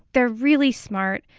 they're really smart,